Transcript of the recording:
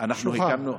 שלוחה.